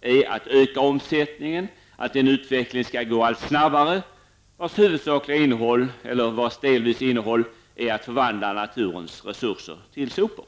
är att öka omsättningen och att den utvecklingen skall gå allt snabbare, och en del av innehållet i detta är att förvandla naturens resurser till sopor.